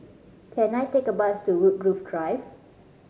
can I take a bus to Woodgrove Drive